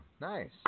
Nice